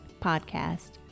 Podcast